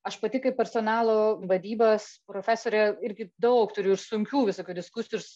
aš pati kaip personalo vadybos profesorė irgi daug turiu ir sunkių visokių diskusirs